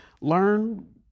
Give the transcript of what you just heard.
learn